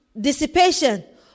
dissipation